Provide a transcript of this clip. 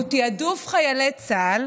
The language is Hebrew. והוא תיעדוף חיילי צה"ל